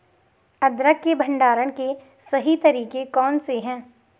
अदरक के भंडारण के सही तरीके कौन से हैं?